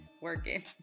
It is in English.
working